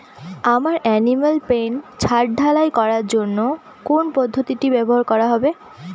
আমার animal pen ছাদ ঢালাই করার জন্য কোন পদ্ধতিটি ব্যবহার করা হবে?